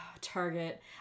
Target